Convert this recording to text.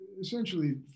essentially